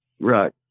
Right